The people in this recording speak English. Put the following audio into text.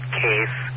case